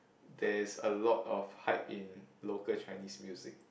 there is a lot of hype in local Chinese music